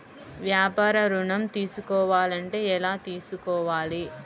వ్యాపార ఋణం తీసుకోవాలంటే ఎలా తీసుకోవాలా?